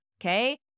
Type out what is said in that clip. okay